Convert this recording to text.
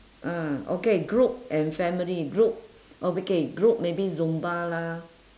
ah okay group and family group okay group maybe zumba lah